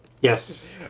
Yes